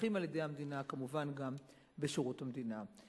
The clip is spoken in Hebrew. שנתמכים על-ידי המדינה, כמובן גם בשירות המדינה.